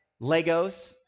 Legos